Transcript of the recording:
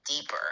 deeper